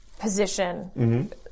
position